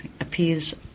appears